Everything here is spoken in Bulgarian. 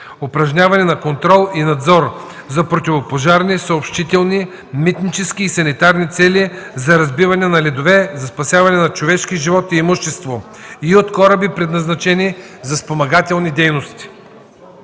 упражняване на контрол и надзор, за противопожарни, съобщителни, митнически и санитарни цели, за разбиване на ледове, за спасяване на човешки живот и имущество) и от кораби, предназначени за спомагателни дейности.